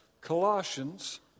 Colossians